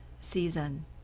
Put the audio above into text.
season